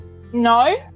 no